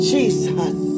Jesus